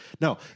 no